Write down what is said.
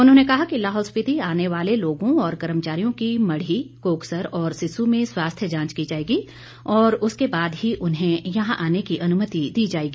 उन्होंने कहा कि लाहौल स्पीति आने वाले लोगों और कर्मचारियों की मढ़ी कोकसर और सिस्सु में स्वास्थ्य जांच की जाएगी और उसके बाद ही उन्हें यहां आने की अनुमति दी जाएगी